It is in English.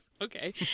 Okay